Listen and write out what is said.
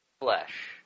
flesh